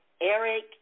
Eric